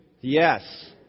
yes